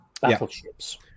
battleships